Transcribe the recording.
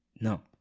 No